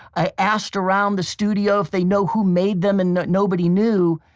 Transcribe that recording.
i asked around the studio if they know who made them and nobody knew,